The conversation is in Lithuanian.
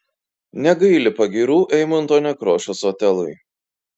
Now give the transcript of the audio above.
negaili pagyrų eimunto nekrošiaus otelui